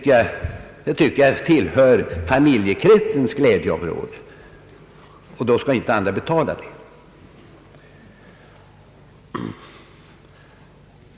Jag tycker nog att det hela tillhör familjekretsens glädjeämnen, och då bör andra inte behöva vara med och betala det.